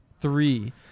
Three